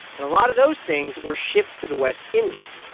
and a lot of those things were shipped to the west indies.